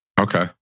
Okay